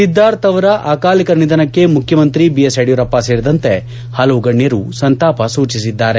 ಸಿದ್ದಾರ್ಥ್ ಅವರ ಅಕಾಲಿಕ ನಿಧನಕ್ಕೆ ಮುಖ್ಯಮಂತ್ರಿ ಬಿಎಸ್ ಯಡಿಯೂರಪ್ಪ ಸೇರಿದಂತೆ ಹಲವು ಗಣ್ಯರು ಸಂತಾಪ ಸೂಚಿಸಿದ್ದಾರೆ